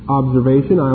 observation